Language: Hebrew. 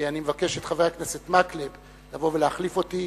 אני מבקש את חבר הכנסת מקלב לבוא ולהחליף אותי.